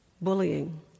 bullying